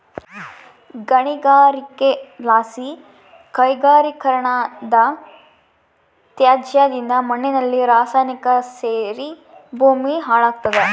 ಗಣಿಗಾರಿಕೆಲಾಸಿ ಕೈಗಾರಿಕೀಕರಣದತ್ಯಾಜ್ಯದಿಂದ ಮಣ್ಣಿನಲ್ಲಿ ರಾಸಾಯನಿಕ ಸೇರಿ ಭೂಮಿ ಹಾಳಾಗ್ತಾದ